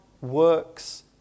works